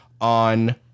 on